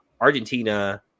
Argentina